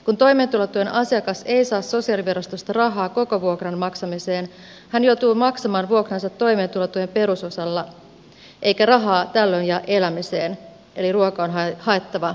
kun toimeentulotuen asiakas ei saa sosiaalivirastosta rahaa koko vuokran maksamiseen hän joutuu maksamaan vuokransa toimeentulotuen perusosalla eikä rahaa tällöin jää elämiseen eli ruoka on haettava leipäjonosta